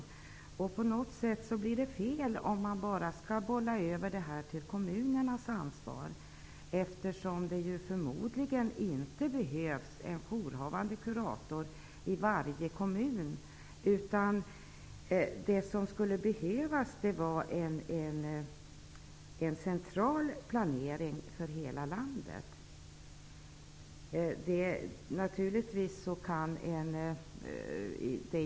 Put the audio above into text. Det blir fel på något sätt om detta bara skall bollas över till kommunerna att ta ansvar för. Det behövs förmodligen inte en jourhavande kurator i varje kommun. Det skulle behövas en central planering för hela landet.